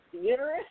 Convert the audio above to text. Uterus